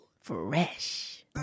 Fresh